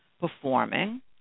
performing